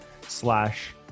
slash